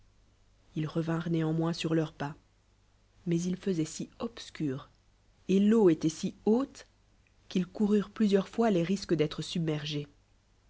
il revinrent néanmoins sur leurs pas mais il faisoit si obscur et l'eau étoit si haute qu'ils coururent plusieurs fois les risques d èlre submergés